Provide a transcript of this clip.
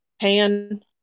pan